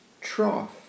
trough